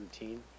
routine